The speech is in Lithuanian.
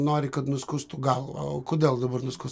nori kad nuskustų galvą o kodėl dabar nuskust